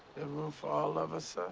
room for all of us,